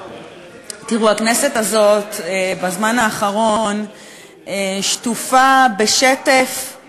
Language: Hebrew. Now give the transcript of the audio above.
תראו, הכנסת הזאת בזמן האחרון שטופה בשטף, את